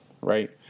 right